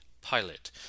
pilot